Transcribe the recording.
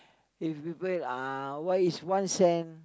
if people uh what is one cent